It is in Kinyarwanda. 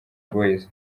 boyz